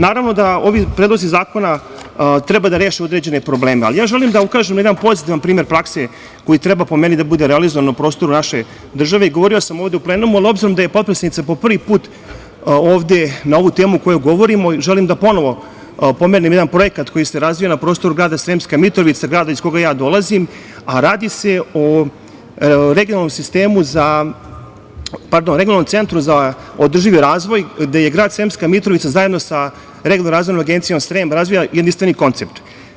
Naravno da ovi predlozi zakona treba da reše određene probleme, ali ja želim da ukažem na jedan pozitivan primer prakse koji treba, po meni, da bude realizovan na prostoru naše države, govorio sam ovde u plenumu, ali obzirom da je potpredsednica po prvi put ovde na ovu temu o kojoj govorimo, želim da ponovo pomenem jedan projekat koji se razvija na prostoru grada Sremska Mitrovica, grada iz kojeg ja dolazim, a radi se o regionalnom sistemu, pardon, regionalnom centru za održivi razvoj gde je grad Sremska Mitrovica zajedno sa Regionalno razvojnom agencijom Srem razvio jedinstveni koncept.